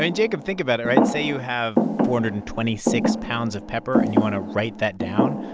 and jacob, think about it, right? say you have four hundred and twenty six pounds of pepper, and you want to write that down.